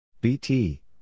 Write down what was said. BT